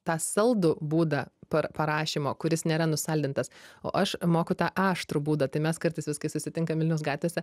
tą saldų būdą pa parašymo kuris nėra nusaldintas o aš moku tą aštrų būdą tai mes kartais vis kai susitinkam vilniaus gatvėse